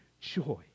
joy